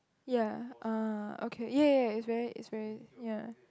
ya uh okay ya ya ya it's very it's very ya